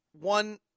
one